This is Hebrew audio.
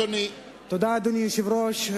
אדוני היושב-ראש,